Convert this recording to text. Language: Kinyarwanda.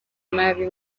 nabi